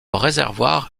réservoir